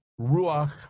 Ruach